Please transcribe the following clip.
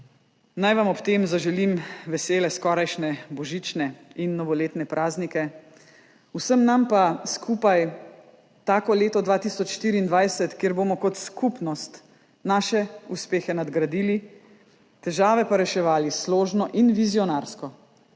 Naj vam ob tem zaželim vesele skorajšnje božične in novoletne praznike, vsem nam pa skupaj tako leto 2024, v katerem bomo kot skupnost naše uspehe nadgradili, težave pa reševali složno in vizionarsko,